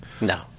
No